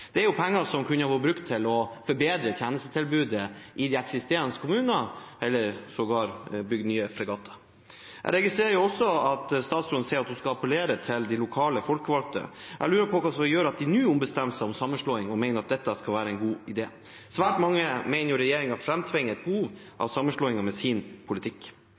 er penger som kunne vært brukt til å forbedre tjenestetilbudet i de eksisterende kommunene – eller sågar til å bygge nye fregatter. Jeg registrerer også at statsråden sier at hun skal appellere til de folkevalgte lokalt. Jeg lurer på hva som gjør at de nå ombestemmer seg om sammenslåing og mener at dette skal være en god idé. Svært mange mener regjeringen med sin politikk framtvinger et behov